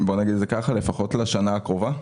בוא נגיד לפחות לשנה הקרובה.